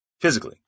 physically